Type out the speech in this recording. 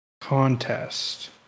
contest